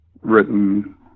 written